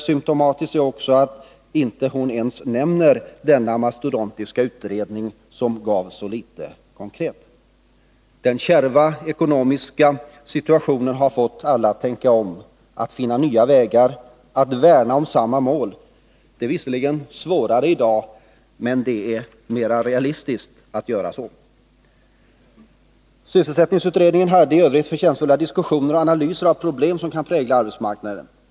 Symtomatiskt är att hon nu inte ens nämner denna mastodontutredning som gav så litet konkret. Den kärva ekonomiska situationen har fått alla att tänka om, att försöka finna nya vägar, att värna om samma mål. Det är visserligen svårare i dag, men det är mera realistiskt att göra så. Sysselsättningsutredningen hade f. ö. förtjänstfulla diskussioner om och analyser av problem som kan prägla arbetsmarknaden.